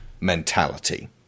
mentality